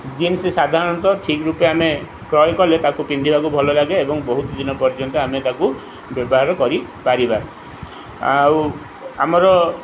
jeans ସାଧାରଣତଃ ଠିକ୍ ରୂପେ ଆମେ କ୍ରୟ କଲେ ତାକୁ ପିନ୍ଧିବାକୁ ଭଲ ଲାଗେ ଏବଂ ବହୁତ ଦିନ ପର୍ଯ୍ୟନ୍ତ ଆମେ ତାକୁ ବ୍ୟବହାର କରିପାରିବା ଆଉ ଆମର